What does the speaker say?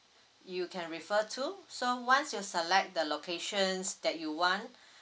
you can refer to so once you select the locations that you want